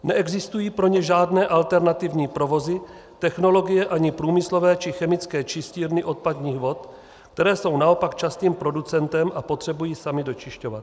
Neexistují pro ně žádné alternativní provozy, technologie ani průmyslové či chemické čistírny odpadních vod, které jsou naopak častým producentem a potřebují samy dočišťovat.